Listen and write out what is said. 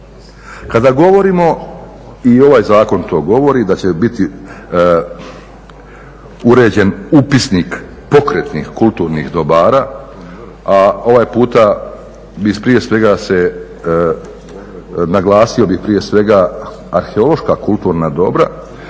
Kada govorimo i ovaj zakon to govori da će biti uređen upisnik pokretnih kulturnih dobara, a ovaj puta bi prije svega naglasio arheološka kulturna dobra,